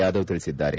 ಯಾದವ್ ತಿಳಿಸಿದ್ದಾರೆ